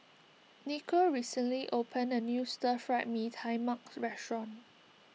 Nikko recently opened a new Stir Fry Mee Tai Mak restaurant